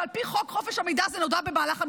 ועל פי חוק חופש המידע זה נודע במהלך המשפט.